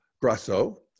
Grasso